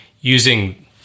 using